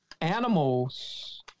Animals